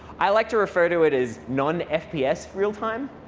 i like to refer to it is non-fps real time.